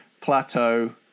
Plateau